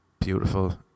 beautiful